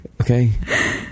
Okay